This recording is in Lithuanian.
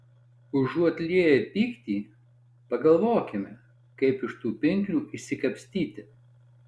užuot lieję pyktį pagalvokime kaip iš tų pinklių išsikapstyti